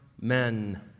men